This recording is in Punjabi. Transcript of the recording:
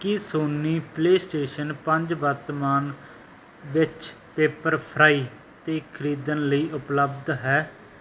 ਕੀ ਸੋਨੀ ਪਲੇਅ ਸਟੇਸ਼ਨ ਪੰਜ ਵਰਤਮਾਨ ਵਿੱਚ ਪੇਪਰਫਰਾਈ 'ਤੇ ਖਰੀਦਣ ਲਈ ਉਪਲਬਧ ਹੈ